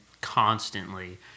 constantly